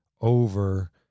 over